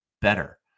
better